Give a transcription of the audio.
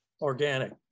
organic